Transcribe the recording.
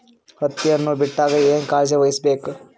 ಹತ್ತಿ ಹಣ್ಣು ಬಿಟ್ಟಾಗ ಏನ ಕಾಳಜಿ ವಹಿಸ ಬೇಕು?